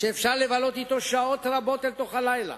שאפשר לבלות אתו שעות רבות אל תוך הלילה